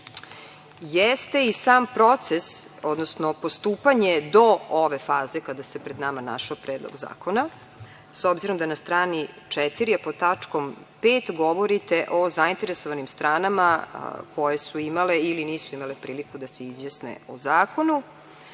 jeste i sam proces, odnosno postupanje do ove faze kada se pred nama našao predlog zakona, s obzirom da na strani 4, a pod tačkom 5. govorite o zainteresovanim stranama koje su imale ili nisu imale priliku da se izjasne o